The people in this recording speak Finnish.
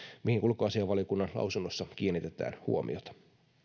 mihin ulkoasiainvaliokunnan lausunnossa kiinnitetään huomiota